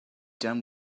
done